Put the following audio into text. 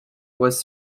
was